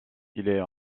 est